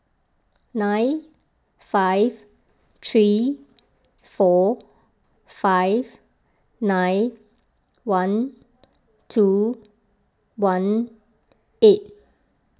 nine five three four five nine one two one eight